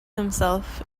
himself